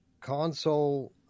console